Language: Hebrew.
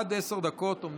עד עשר דקות לרשותך.